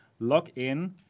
login